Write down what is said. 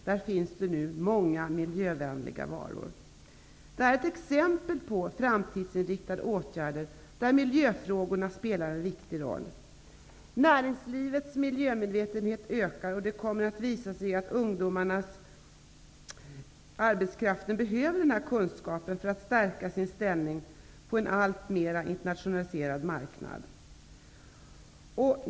Där finns nu många miljövänliga varor. Det här är ett exempel på framtidsinriktade åtgärder, där miljöfrågorna spelar en viktig roll. Näringslivets miljömedvetenhet ökar och det kommer att visa sig att arbetskraften behöver den kunskapen för att stärka sin ställning på en alltmer internationaliserad marknad.